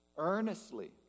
earnestly